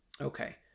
Okay